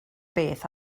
beth